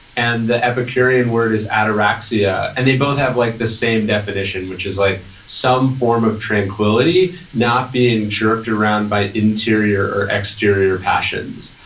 and the epicurean word is ataraxia. and they both have like the same definition, which is like some form of tranquility, not being jerked around by interior or exterior passions.